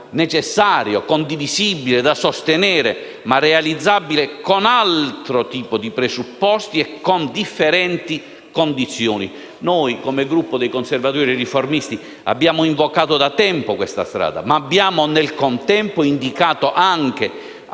necessario, condivisibile, da sostenere, ma realizzabile con altro tipo di presupposti e con differenti condizioni. Noi, come Gruppo dei Conservatori e Riformisti, abbiamo invocato da tempo questa strada, ma abbiamo nel contempo indicato, anche